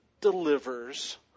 delivers